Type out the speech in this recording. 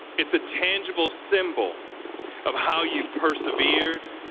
it's a tangible symbol of how you've persevered,